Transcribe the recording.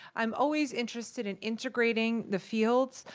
i'm always interested in integrating the fields.